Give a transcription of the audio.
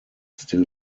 still